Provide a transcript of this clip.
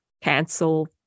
cancel